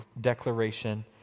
declaration